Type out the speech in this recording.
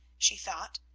she thought.